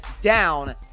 down